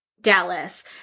Dallas